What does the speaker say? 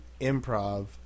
improv